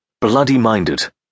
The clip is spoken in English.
bloody-minded